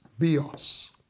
bios